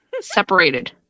Separated